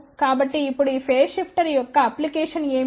కాబట్టి ఇప్పుడు ఈ ఫేస్ షిఫ్టర్ యొక్క అప్లికేషన్ ఏమిటి